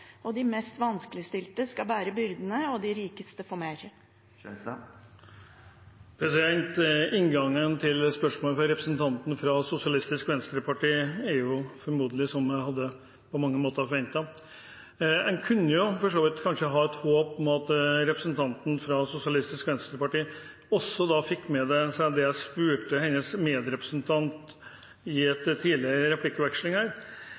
de mest vanskeligstilte skal bære byrdene og de rikeste få mer? Inngangen til spørsmålet fra representanten fra SV er slik jeg på mange måter hadde forventet. En kunne for så vidt kanskje ha et håp om at representanten fra SV fikk med seg det jeg spurte hennes medrepresentant om i en tidligere replikkveksling, om hva som er et